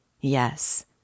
Yes